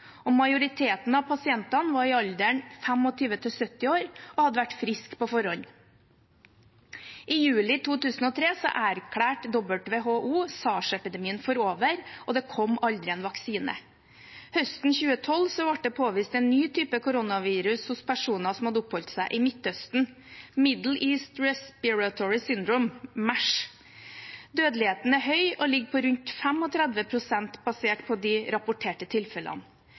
alderen 25–70 år og hadde vært friske på forhånd. I juli 2003 erklærte WHO SARS-epidemien for over, og det kom aldri en vaksine. Høsten 2012 ble det påvist en ny type koronavirus hos personer som hadde oppholdt seg i Midtøsten, Middle East Respiratory Syndrome, MERS. Dødeligheten er høy og ligger på rundt 35 pst. basert på de rapporterte tilfellene.